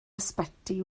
ysbyty